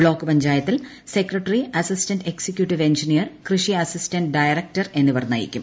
block പഞ്ചായത്തിൽ secretary assistant executive engineer കൃഷി assistant director എന്നിവർ നയിക്കും